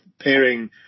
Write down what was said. pairing